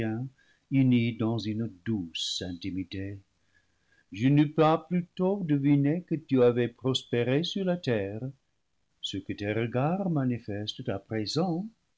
uni dans une douce intimité je n'eus pas plutôt deviné que tu avais prospéré sur la terre ce que tes regards manifestent à présent